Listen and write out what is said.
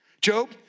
Job